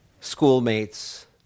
schoolmates